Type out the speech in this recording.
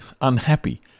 unhappy